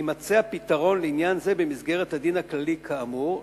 יימצא הפתרון לעניין זה במסגרת הדין הכללי כאמור,